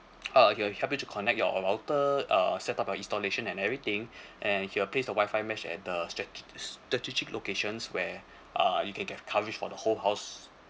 uh okay he'll help you to connect your router uh set up your installation and everything and he will place the WI-FI mesh at the stra~ strategic locations where uh you can get coverage for the whole house